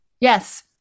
Yes